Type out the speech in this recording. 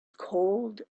cold